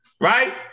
right